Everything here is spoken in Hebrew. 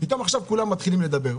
פתאום עכשיו כולם מתחילים לדבר.